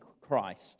Christ